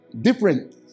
different